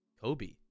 Kobe